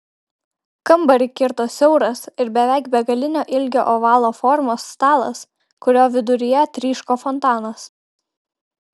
kambarį kirto siauras ir beveik begalinio ilgio ovalo formos stalas kurio viduryje tryško fontanas